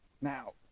Now